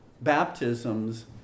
baptisms